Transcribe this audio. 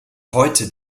heute